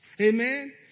Amen